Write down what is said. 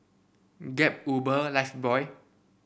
Gap Uber Lifebuoy